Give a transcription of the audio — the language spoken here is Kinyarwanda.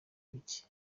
bike